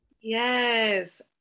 Yes